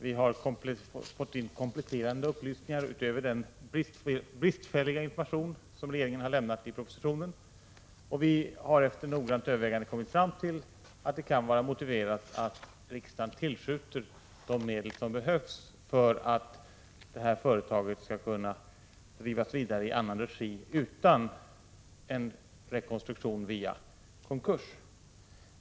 Vi har fått in kompletterande upplysningar utöver den bristfälliga information som regeringen har lämnat i propositionen, och vi har efter noggrant övervägande kommit fram till att det kan vara motiverat att riksdagen tillskjuter de medel som behövs för att företaget skall kunna drivas vidare i annan regi utan en rekonstruktion via konkurs.